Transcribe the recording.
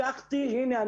הנה,